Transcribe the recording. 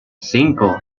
cinco